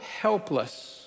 helpless